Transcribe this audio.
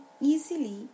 easily